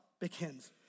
begins